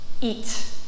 Eat